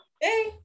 Hey